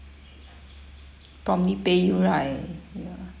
promptly pay you right